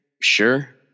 sure